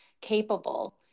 capable